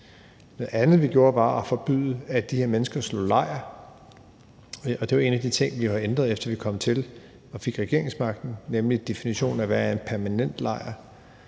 Noget andet, vi gjorde, var at forbyde, at de her mennesker slog lejr, og det var en af de ting, vi har ændret, efter vi kom til og fik regeringsmagten, nemlig definitionen af, hvad en permanent lejr